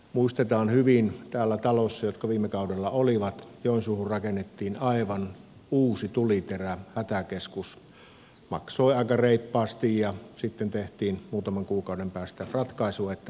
muistamme hyvin jotka täällä talossa viime kaudella olimme että joensuuhun rakennettiin aivan uusi tuliterä hätäkeskus maksoi aika reippaasti ja sitten tehtiin muutaman kuukauden päästä ratkaisu että pannaanpas se kiinni